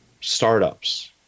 startups